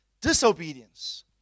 disobedience